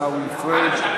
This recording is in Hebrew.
עיסאווי פריג',